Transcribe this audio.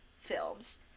films